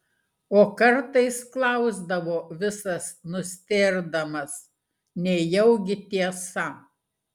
o kartais klausdavo visas nustėrdamas nejaugi tiesa